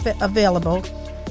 available